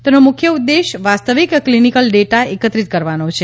તેનો મુખ્ય ઉદ્દેશ વાસ્તવિક ક્લિનિકલ ડેટા એકત્રિત કરવાનો છે